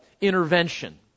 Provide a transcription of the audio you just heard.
intervention